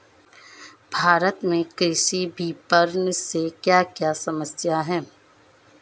भारत में कृषि विपणन से क्या क्या समस्या हैं?